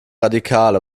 radikal